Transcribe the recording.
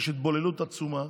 יש התבוללות עצומה.